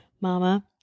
Mama